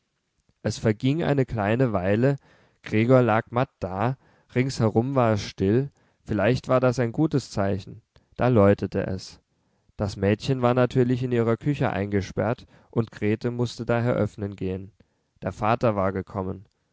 es verging eine kleine weile gregor lag matt da ringsherum war es still vielleicht war das ein gutes zeichen da läutete es das mädchen war natürlich in ihrer küche eingesperrt und grete mußte daher öffnen gehen der vater war gekommen